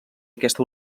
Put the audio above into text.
aquesta